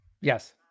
Yes